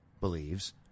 believes